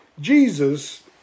Jesus